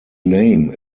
name